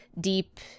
deep